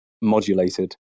modulated